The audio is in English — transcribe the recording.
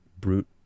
brute